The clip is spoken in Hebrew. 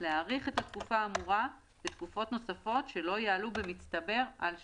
להאריך את התקופה האמורה בתקופות נוספות שלא יעלו במצטבר על שנה."